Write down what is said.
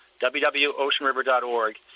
www.oceanriver.org